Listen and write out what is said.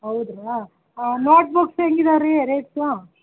ಹೌದಾ ನೋಟ್ಬುಕ್ಸ್ ಹೆಂಗಿದಾವೆ ರೀ ರೇಟ್ಸು